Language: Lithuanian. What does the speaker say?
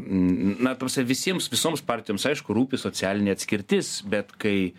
na ta prasme visiems visoms partijoms aišku rūpi socialinė atskirtis bet kai